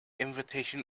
invitation